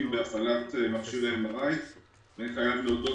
בהפעלת מכשירי MRI. אני חייב להודות,